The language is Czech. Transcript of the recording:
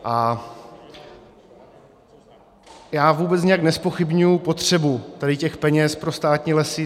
A já vůbec nijak nezpochybňuji potřebu tady těch peněz pro státní lesy.